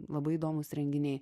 labai įdomūs renginiai